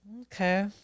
Okay